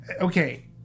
Okay